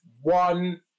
one